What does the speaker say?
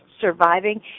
surviving